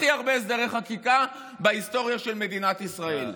הכי הרבה הסדרי חקיקה בהיסטוריה של מדינת ישראל.